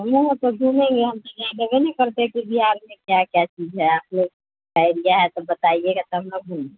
घूमेंगे हम तो नहीं करते हैं कुछ बिहार में क्या क्या चीज़ है आपलोग को आइडिया है तो बताइएगा तब ना घूम